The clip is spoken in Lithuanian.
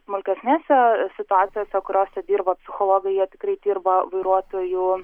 smulkesnėse situacijose kuriose dirba psichologai jie tikrai dirba vairuotojų